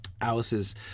Alice's